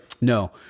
no